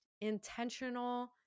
intentional